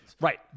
right